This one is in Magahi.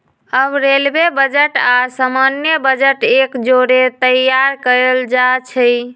अब रेलवे बजट आऽ सामान्य बजट एक जौरे तइयार कएल जाइ छइ